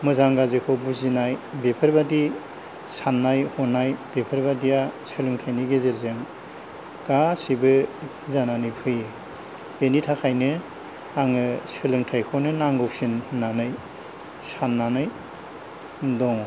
मोजां गाज्रिखौ बुजिनाय बेफोरबायदि साननाय हनाय बेफोरबादिआ सोलोंथाइनि गेजेरजों गासैबो जानानै फैयो बेनि थाखायनो आङो सोलोंथाइखौनो नांगौसिन होननानै साननानै दङ